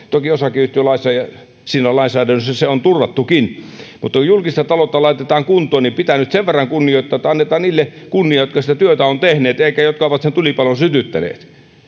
toki osakeyhtiölaissa ja siinä lainsäädännössä se se on turvattukin mutta kun julkista taloutta laitetaan kuntoon niin pitää nyt sen verran kunnioittaa että annetaan niille kunnia jotka sitä työtä ovat tehneet eikä niille jotka ovat sen tulipalon sytyttäneet